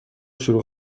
شروع